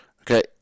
Okay